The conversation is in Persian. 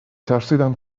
ترسیدم